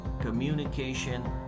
communication